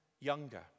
younger